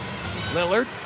Lillard